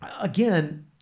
again